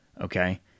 Okay